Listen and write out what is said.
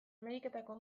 ameriketako